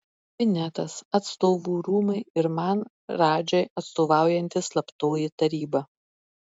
kabinetas atstovų rūmai ir man radžai atstovaujanti slaptoji taryba